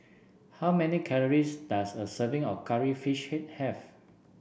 how many calories does a serving of Curry Fish Head have